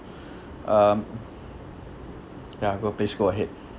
um ya go please go ahead